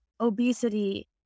obesity